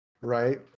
right